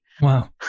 wow